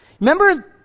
Remember